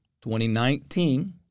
2019